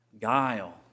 guile